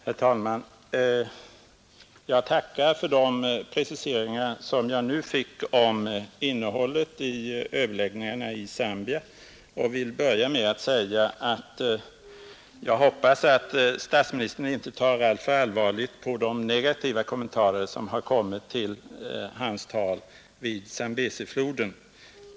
Herr talman! Jag tackar för de preciseringar som jag nu fick om innehållet i överläggningarna i Zambia. Jag vill börja med att säga att jag hoppas att statsministern inte tar alltför allvarligt på de negativa kommentarer som gjorts till hans tal vid Zambesifloden.